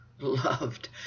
Loved